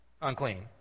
unclean